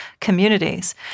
communities